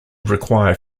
require